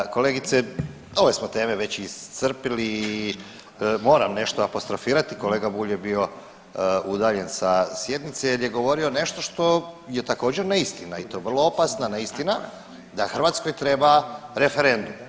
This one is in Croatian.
Uvažena kolegice, ove smo teme već iscrpili i moram nešto apostrofirati, kolega Bulj je bio udaljen sa sjednice jer je govorio nešto što je također neistina i to vrlo opasna neistina da Hrvatskoj treba referendum.